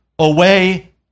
Away